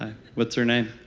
what's her name?